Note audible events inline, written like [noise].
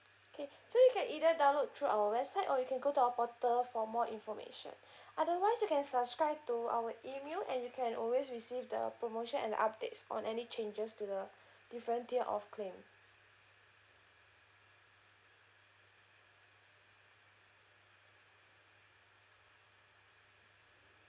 okay so you can either download through our website or you can go to our portal for more information [breath] otherwise you can subscribe to our email and you can always receive the promotion and updates on any changes to the different tier of claim